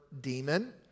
demon